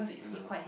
yeah